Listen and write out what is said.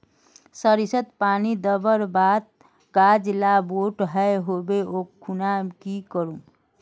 सरिसत पानी दवर बात गाज ला बोट है होबे ओ खुना की करूम?